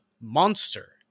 monster